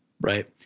Right